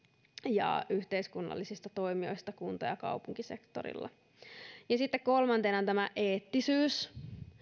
ja yhteiskunnallisista toimijoista kunta ja kaupunkisektorilla sitten kolmantena eettisyys